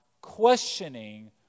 Questioning